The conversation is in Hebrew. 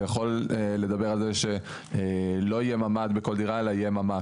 זה יכול לדבר על זה שלא יהיה ממ"ד בכל דירה אלא יהיה ממ"ק,